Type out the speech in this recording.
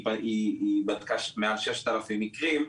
היא בדקה מעל 6,000 מקרים,